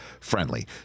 friendly